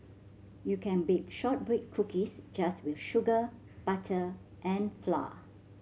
you can bake shortbread cookies just with sugar butter and flour